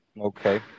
Okay